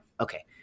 Okay